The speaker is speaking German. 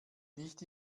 nicht